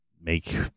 make